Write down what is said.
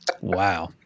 Wow